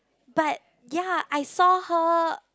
but ya I saw her